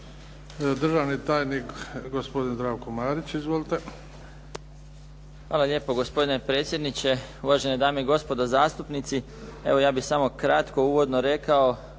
Hvala lijepo. Gospodine predsjedniče, uvažene dame i gospodo zastupnici. Ja bih samo kratko uvodno rekao